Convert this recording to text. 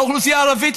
באוכלוסייה הערבית,